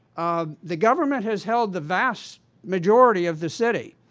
ah the government has held the vast majority of the city,